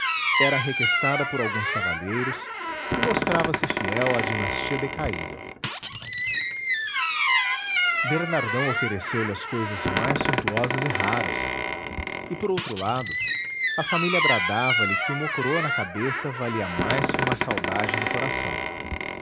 era requestada por alguns cavalheiros e mostrava-se fiel à dinastia decaída bernardão ofereceu-lhe as cousas mais suntuosas e raras e por outro lado a família bradavalhe que uma coroa na cabeça valia mais que uma saudade no coração